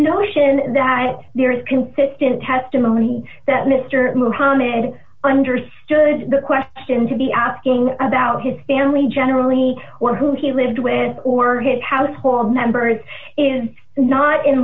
notion that there is consistent testimony that mr muhammad understood the question to be asking about his family generally or who he lived with or his household members is not in